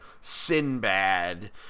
Sinbad